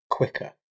quicker